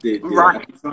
Right